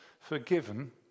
forgiven